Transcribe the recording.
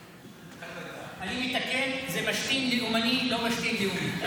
אני מתקן, זה משתין לאומני, לא משתין לאומי.